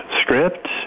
script